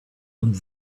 and